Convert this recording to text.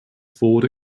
ford